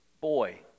boy